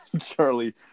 Charlie